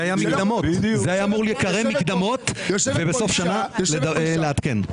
זה היה אמור להיקרא מקדמות, ובסוף שנה לעדכן.